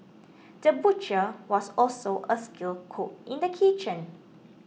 the butcher was also a skilled cook in the kitchen